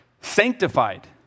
Sanctified